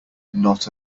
not